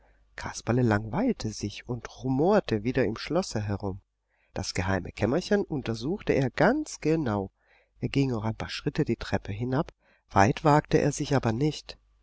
kasperle langweilte sich und rumorte wieder im schlosse herum das geheime kämmerchen untersuchte er ganz genau er ging auch ein paar schritte die treppe hinab weit wagte er sich aber nicht